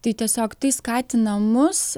tai tiesiog tai skatina mus